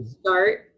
start